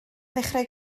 ddechrau